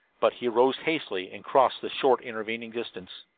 but he rose hastily and crossed the short intervening distance.